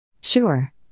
Sure